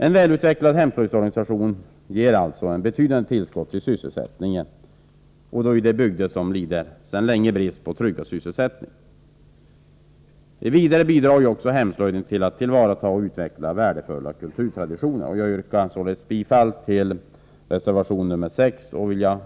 En välutvecklad hemslöjdsorganisation ger alltså ett betydande tillskott till sysselsättningen, särskilt i de bygder som sedan länge lider brist på tryggad sysselsättning. Vidare bidrar hemslöjden till att tillvarata och utveckla värdefulla kulturtraditioner. Jag yrkar bifall till reservation nr 6.